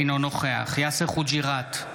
אינו נוכח יאסר חוג'יראת,